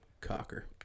Cocker